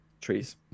trees